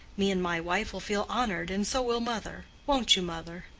me and my wife'll feel honored, and so will mother won't you, mother?